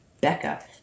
Becca